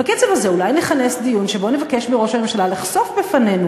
בקצב הזה אולי נכנס דיון שבו נבקש מראש הממשלה לחשוף בפנינו